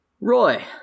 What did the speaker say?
Roy